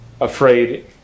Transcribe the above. afraid